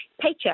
paycheck